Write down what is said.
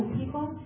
people